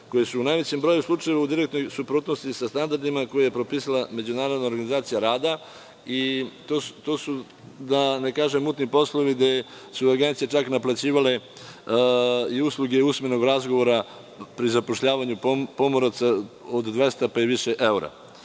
koje su u najvećem broju slučajeva u direktnoj suprotnosti sa standardima koje je propisala Međunarodna organizacija rada i to su, da ne kažem mutni poslovi, gde su agencije čak naplaćivale i usluge usmenog razgovora pri zapošljavanju pomoraca od 200 pa i više